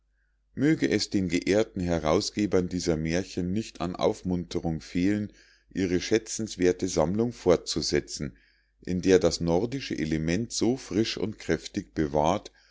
möge es den geehrten herausgebern dieser mährchen nicht an aufmunterung fehlen ihre schätzenswerthe sammlung fortzusetzen in der das nordische element so frisch und kräftig bewahrt